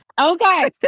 Okay